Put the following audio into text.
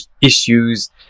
issues